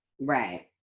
Right